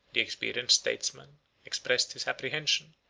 the experienced statesman expressed his apprehension,